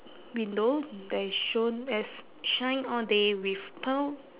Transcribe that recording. window there is shown as shine all day with pearl